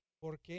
porque